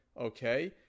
Okay